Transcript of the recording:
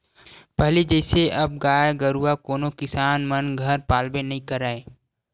पहिली जइसे अब गाय गरुवा कोनो किसान मन घर पालबे नइ करय